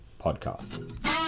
podcast